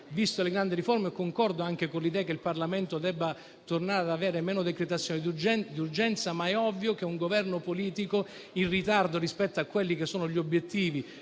viste le grandi riforme. Concordo anche con l'idea che il Parlamento debba tornare ad avere meno decretazione d'urgenza, ma è ovvio che un Governo politico, in ritardo rispetto a quelli che sono gli obiettivi